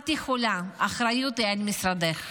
את יכולה, האחריות היא על משרדך.